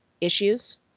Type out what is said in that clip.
issues